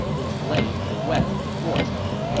which laid to the west of luocheng.